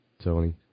Tony